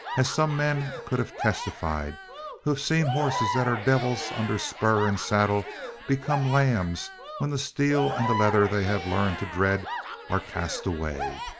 as some men could have testified who have seen horses that are devils under spur and saddle become lambs when the steel and the leather they have learned to dread are cast away.